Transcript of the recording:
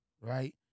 right